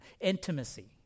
Intimacy